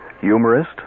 humorist